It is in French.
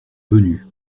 venu